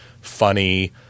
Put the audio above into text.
funny